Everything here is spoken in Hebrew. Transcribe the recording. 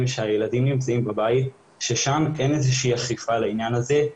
כשהילדים נמצאים בבית ושם אין איזושהי אכיפה על העניין הזה.